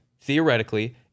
theoretically